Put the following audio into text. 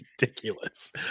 ridiculous